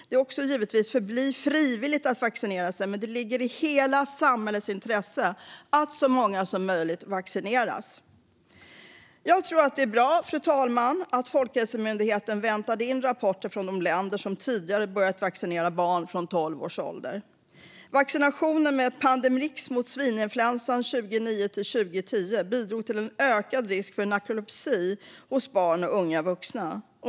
Det är och ska givetvis förbli frivilligt att vaccinera sig, men det ligger i hela samhällets intresse att så många som möjligt vaccineras." Fru talman! Jag tror att det var bra att Folkhälsomyndigheten väntade in rapporter från de länder som tidigare börjat vaccinera barn från tolv års ålder. Vaccinationen med Pandemrix mot svininfluensan 2009-2010 bidrog till en ökad risk för narkolepsi hos barn och unga vuxna.